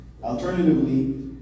Alternatively